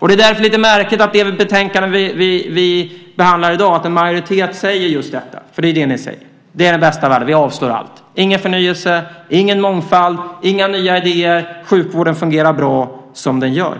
Det är därför lite märkligt med det betänkande vi behandlar i dag att en majoritet säger just detta, för det är vad ni säger. Det är den bästa av världar, och vi avstyrker därför allt. Det ska inte vara någon förnyelse, ingen mångfald och inga nya idéer. Sjukvården fungerar bra som den gör.